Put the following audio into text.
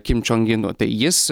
kim čong inu tai jis